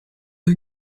eux